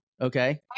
Okay